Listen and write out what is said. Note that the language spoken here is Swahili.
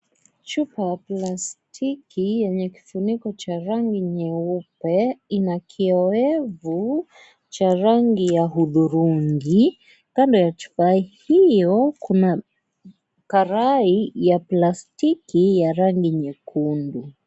Chupa ya plastiki yenye kifuniko cha rangi nyeupe ina kiyoyevu cha rangi ya hudhurungi. Kandoo ya chupa hiyo kuna karai ya plastiki ya rangi nyekundu .